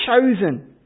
chosen